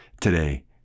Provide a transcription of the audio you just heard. today